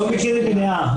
אנחנו לא מכירים מניעה.